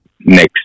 Next